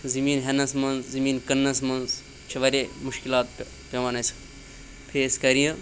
زٔمیٖن ہٮ۪نَس منٛز زٔمیٖن کٕنٛنَس منٛز چھِ واریاہ مُشکِلات پٮ۪وان اَسہِ فیس کَرِنۍ